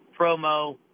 promo